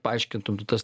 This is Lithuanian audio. paaiškintum tu tas